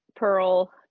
Pearl